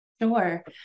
Sure